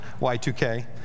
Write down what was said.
Y2K